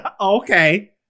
Okay